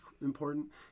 important